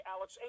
Alex